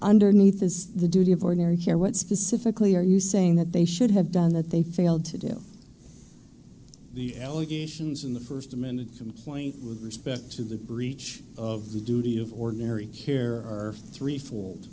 underneath is the duty of ordinary care what specifically are you saying that they should have done that they failed to do the allegations in the first amended complaint with respect to the breach of the duty of ordinary care or three f